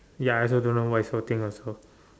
ya I also don't know what you so think also